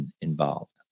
involved